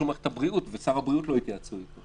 למערכת הבריאות ולא יתייעצו עם שר הבריאות.